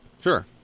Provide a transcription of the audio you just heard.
Sure